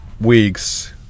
weeks